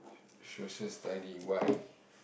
so~ Social study why